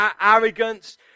arrogance